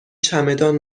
چمدان